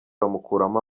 bamukuramo